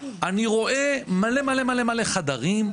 אני רואה מלא מלא מלא חדרים,